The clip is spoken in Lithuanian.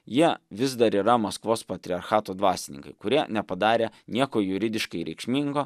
jie vis dar yra maskvos patriarchato dvasininkai kurie nepadarė nieko juridiškai reikšmingo